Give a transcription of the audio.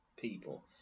people